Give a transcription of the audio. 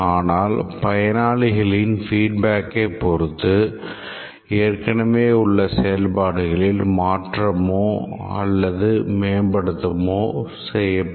ஆனால் பயனாளிகளின் feedbackஐ பொறுத்து ஏற்கனவே உள்ள செயல்பாடுகளில் மாற்றமோ மேம்படுத்தவோ செய்யப்படும்